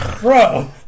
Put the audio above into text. Bro